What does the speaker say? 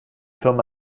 firma